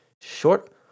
short